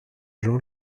jean